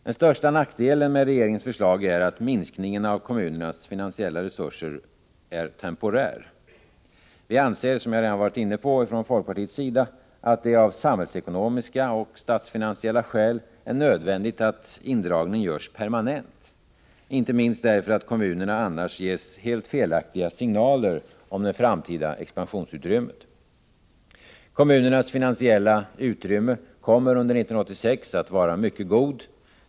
Den största nackdelen med regeringens förslag är att minskningen av kommunernas finansiella resurser är temporär. Vi från folkpartiets sida anser — det har jag redan varit inne på — att det av samhällsekonomiska och statsfinansiella skäl är nödvändigt att indragningen görs permanent, inte miska frågor minst därför att kommunerna annars får helt felaktiga signaler om det framtida expansionsutrymmet. Kommunernas finansiella utrymme kommer under 1986 att vara mycket gott.